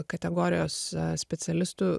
kategorijos specialistų